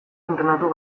entrenatu